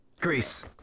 Greece